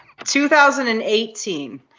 2018